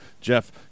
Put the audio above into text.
Jeff